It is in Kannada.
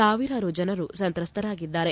ಸಾವಿರಾರು ಜನರು ಸಂತ್ರಸ್ತರಾಗಿದ್ದಾರೆ